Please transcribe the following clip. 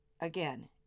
Again